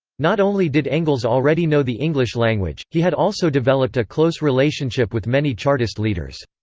not only did engels already know the english language, he had also developed a close relationship with many chartist leaders.